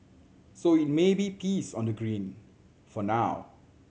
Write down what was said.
so it may be peace on the green for now